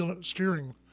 steering